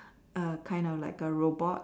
A kind of like a robot